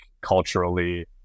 culturally